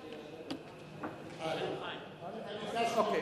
אין לנו שום בעיה,